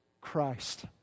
Christ